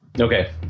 okay